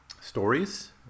stories